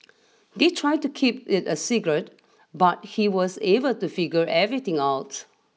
they tried to keep it a secret but he was able to figure everything out